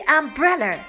umbrella